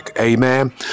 Amen